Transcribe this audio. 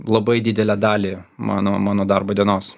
labai didelę dalį mano mano darbo dienos